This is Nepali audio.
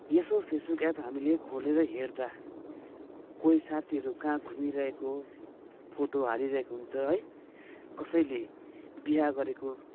यसो फेसबुक एप हामीले खोलेर हेर्दा कोही साथीहरू कहाँ घुमिरहेको फोटो हालिरहेको हुन्छ है कसैले बिहा गरेको